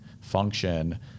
function